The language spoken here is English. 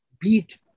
beat